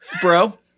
Bro